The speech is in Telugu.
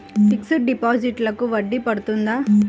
ఫిక్సడ్ డిపాజిట్లకు వడ్డీ పడుతుందా?